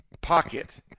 pocket